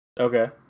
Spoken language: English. okay